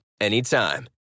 anytime